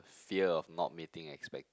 fear of not meeting expect